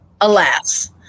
Alas